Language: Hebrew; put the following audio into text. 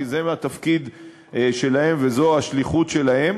כי זה התפקיד שלהם וזו השליחות שלהם.